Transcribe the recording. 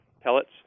pellets